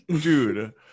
dude